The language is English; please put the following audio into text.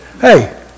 Hey